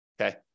okay